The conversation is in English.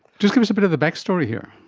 just give us a bit of the backstory here.